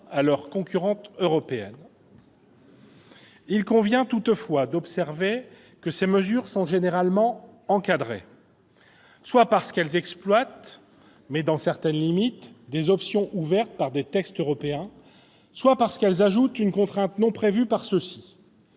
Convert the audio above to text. à leurs concurrentes européennes. Il convient toutefois d'observer que ces mesures sont généralement « encadrées ». Soit parce qu'elles exploitent, mais dans certaines limites, des options ouvertes par les textes européens, soit parce qu'elles ajoutent une contrainte non prévue par ceux-ci.